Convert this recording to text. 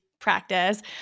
practice